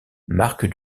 marque